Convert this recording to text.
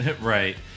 Right